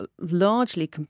largely